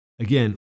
again